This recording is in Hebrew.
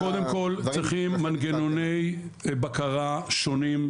ולכן קודם כל צריכים מנגנוני בקרה שונים,